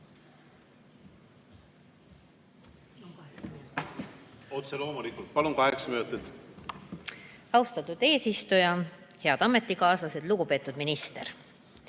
Otse loomulikult, palun, kaheksa minutit! Austatud eesistuja! Head ametikaaslased! Lugupeetud minister!